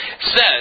says